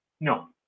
No